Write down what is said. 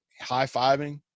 high-fiving